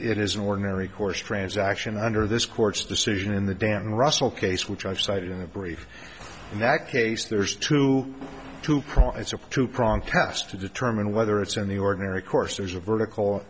it is an ordinary course transaction under this court's decision in the damned russell case which i've cited in the brief in that case there's two to crawl it's a two prong test to determine whether it's in the ordinary course there's a vertical